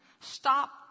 Stop